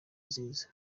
nziza